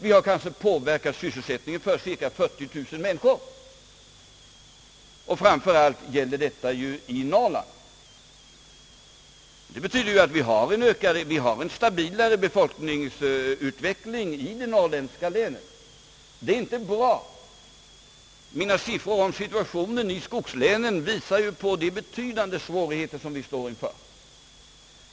Vi har kanske påverkat sysselsättningen för 40 000 människor, och framför allt gäller detta i Norrland. Det betyder en stabilare befolkningsutveckling i de norrländska länen, men läget är ändå inte bra. Mina siffror nyss om situationen i skogslänen visar de betydande svårigheter vi står inför.